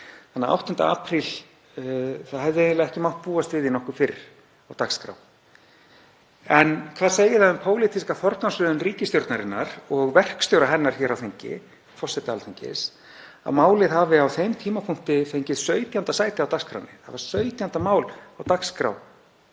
Þannig 8. apríl — það hefði eiginlega ekki mátt búast við því nokkuð fyrr á dagskrá. En hvað segir það um pólitíska forgangsröðun ríkisstjórnarinnar og verkstjóra hennar hér á þingi, forseta Alþingis, að málið hafi á þeim tímapunkti fengið 17. sæti á dagskránni? Það voru 17. mál á dagskrá